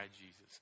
Jesus